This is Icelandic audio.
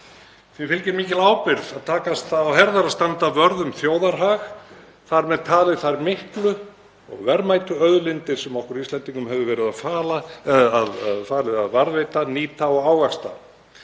Því fylgir mikil ábyrgð að takast á herðar að standa vörð um þjóðarhag, þar með talið þær miklu og verðmætu auðlindir sem okkur Íslendingum hefur verið falið að varðveita, nýta og ávaxta.